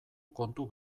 kontu